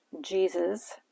Jesus